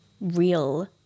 real